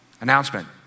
announcement